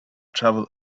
travel